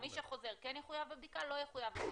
מי שחוזר, כן יחויב בבדיקה או לא יחויב בבדיקה.